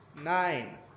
nine